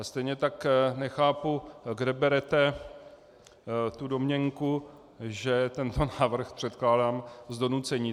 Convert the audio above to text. A stejně tak nechápu, kde berete tu domněnku, že tento návrh předkládám z donucení.